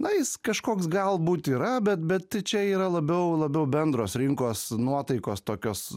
na jis kažkoks galbūt yra bet bet tai čia yra labiau labiau bendros rinkos nuotaikos tokios